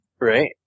right